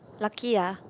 lucky ah